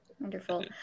wonderful